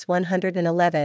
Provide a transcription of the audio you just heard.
111